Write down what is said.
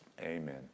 Amen